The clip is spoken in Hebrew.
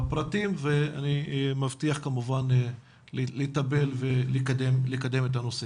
אני אשמח אם תעביר לנו את הפרטים ואני מבטיח כמובן לטפל ולקדם את הנושא.